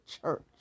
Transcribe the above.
church